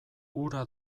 hura